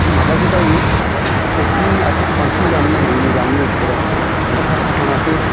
माबाखो बायो फुख्रिनि नाफोरखो बांसिन जानो नागिरो नै दानि मानसिफोरा साफा साफा नाखो